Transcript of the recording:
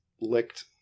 licked